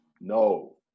No